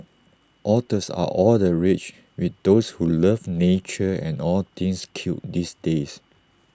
otters are all the rage with those who love nature and all things cute these days